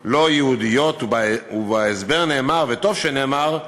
לא יהודיות, ובהסבר נאמר, וטוב שנאמר: